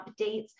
updates